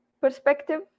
perspective